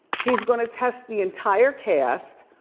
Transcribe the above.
he's gonna test the entire cast,